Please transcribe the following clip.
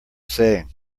saying